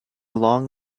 long